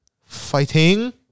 fighting